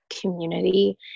community